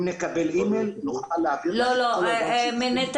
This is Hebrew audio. אם נקבל אי-מייל נוכל להעביר.